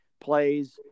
plays